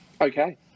Okay